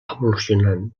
evolucionant